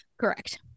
Correct